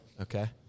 Okay